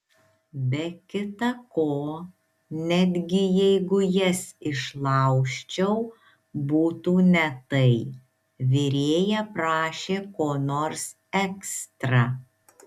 be kita ko netgi jeigu jas išlaužčiau būtų ne tai virėja prašė ko nors ekstra